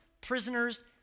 prisoners